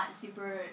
super